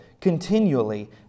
continually